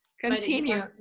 Continue